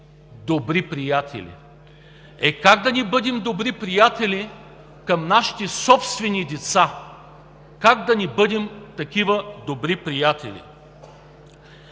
добри приятели.“ Е, как да не бъдем добри приятели към нашите собствени деца? Как да не бъдем такива добри приятели?!